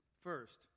First